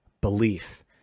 belief